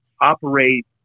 operate